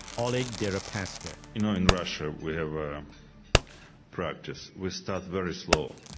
oleg deripaska. you know in russia we have a practice we start very slow